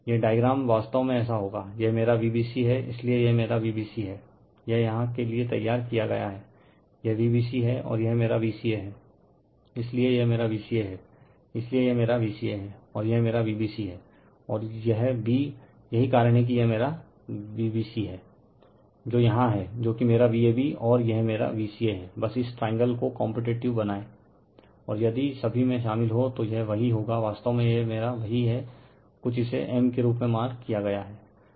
यह डायग्राम वास्तव में ऐसा होगा यह मेरा Vbc है इसलिए यह मेरा Vbc है यह यहाँ के लिए तैयार किया गया हैं यह Vbc है और यह मेरा Vca है इसलिए यह मेरा Vca है इसलिए यह मेरा Vca है और यह मेरा Vbc हैं और यह b यही कारण हैं कि यह मेरा Vbc है जो यहाँ है जो कि मेरा Vab और यह मेरा Vca है बस इस ट्रायंगल को कॉम्पिटीटीव बनाएं और यदि सभी में शामिल हो तो यह वही होगा वास्तव में यह मेरा वही हैं कुछ इसे m के रूप में मार्क किया गया हैं